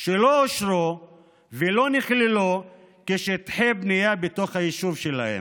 שלא אושרו ולא נכללו כשטחי בנייה בתוך היישוב שלהם.